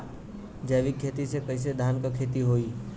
जैविक खेती से कईसे धान क खेती होई?